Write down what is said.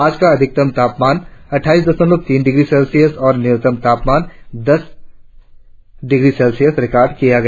आज का अधिकतम तापमान अट्ठाईस दशमलव तीन डिग्री सेल्सियस और न्यूनतम तापमान दस डिग्री सेल्सियस रिकार्ड किया गया